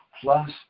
plus